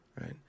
Right